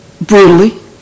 brutally